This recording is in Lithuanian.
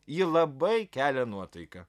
ji labai kelia nuotaiką